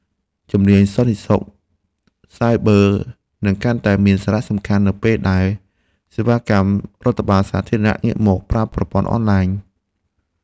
ជំនាញសន្តិសុខសាយប័រនឹងកាន់តែមានសារៈសំខាន់នៅពេលដែលសេវាកម្មរដ្ឋបាលសាធារណៈងាកមកប្រើប្រព័ន្ធអនឡាញ។